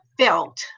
felt